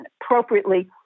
appropriately